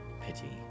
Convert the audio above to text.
pity